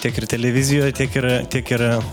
tiek ir televizijoj tiek ir tiek ir